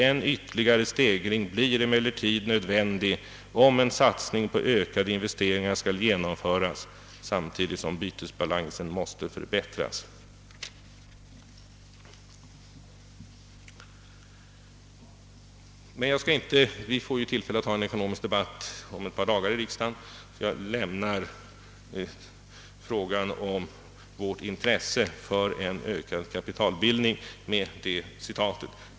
En ytterligare stegring blir emellertid nödvändig om en satsning på ökade investeringar skall genomföras samtidigt som bytesbalansen måste förbätt TAS.» Eftersom vi om ett par dagar får tillfälle till en ekonomisk debatt i riksdagen, skall jag med detta citat lämna frågan om vårt intresse för en ökad kapitalbildning.